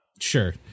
Sure